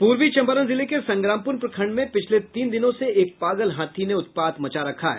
पूर्वी चंपारण जिले के संग्रामपुर प्रखंड में पिछले तीन दिनों से एक पागल हाथी ने उत्पात मचा रखा है